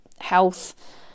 health